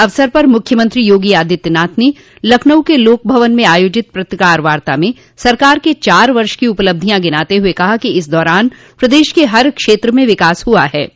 इस अवसर पर मुख्यमंत्री योगी आदित्यनाथ ने लखनऊ के लाकभवन में आयोजित पत्रकार वार्ता में सरकार के चार वर्ष की उपलब्धियां गिनाते हुए कहा कि इस दौरान प्रदश के हर क्षेत्र में विकास हुआ है